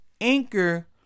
Anchor